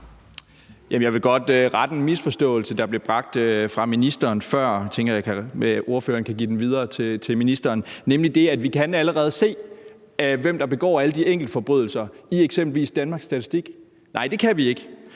Jeg vil godt rette en misforståelse, der blev bragt af ministeren før – jeg tænker, det kan være, at ordføreren kan give det videre til ministeren – nemlig at vi allerede skulle kunne se, hvem der begår de enkelte forbrydelser i eksempelvis Danmarks Statistik. Nej, det kan vi ikke.